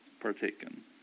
partaken